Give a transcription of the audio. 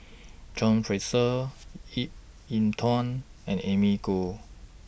John Fraser Ip Yiu Tung and Amy Khor